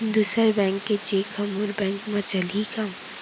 दूसर बैंक के चेक ह मोर बैंक म चलही का?